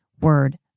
word